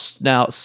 now